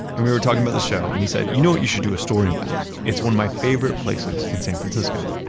and we were talking about the show, and he said, you know what you should do a story about? it's one of my favorite places in san francisco.